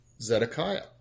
Zedekiah